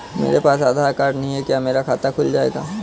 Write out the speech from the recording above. मेरे पास आधार कार्ड नहीं है क्या मेरा खाता खुल जाएगा?